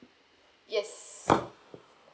yes